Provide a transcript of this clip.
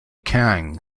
kang